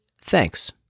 thanks